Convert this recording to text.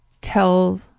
tell